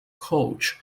coach